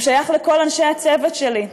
הוא שייך לכל אנשי הצוות שלי,